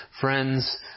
friends